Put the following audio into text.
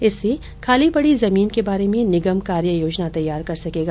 इससे खाली पडी जमीन के बारे में निगम कार्य योजना तैयार कर सकेगा